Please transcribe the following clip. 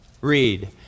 Read